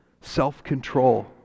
self-control